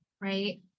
right